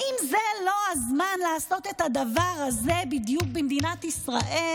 האם זה לא הזמן לעשות את הדבר הזה בדיוק במדינת ישראל?